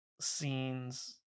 scenes